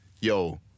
yo